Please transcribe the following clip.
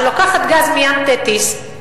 שלוקחת גז מ"ים תטיס",